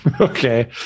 Okay